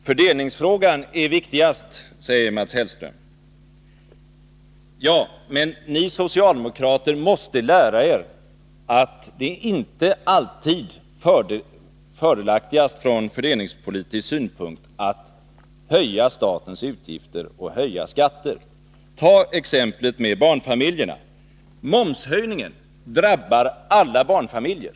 Herr talman! Fördelningsfrågan är viktigast, säger Mats Hellström. Ja, men ni socialdemokrater måste lära er att det inte alltid är fördelaktigast från fördelningspolitisk synpunkt att höja statens utgifter och höja skatter. Ta exemplet med barnfamiljerna! Momshöjningen drabbar alla barnfamiljer.